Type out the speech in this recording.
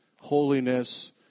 holiness